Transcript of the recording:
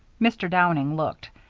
mr. downing looked.